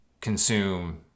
consume